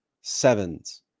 sevens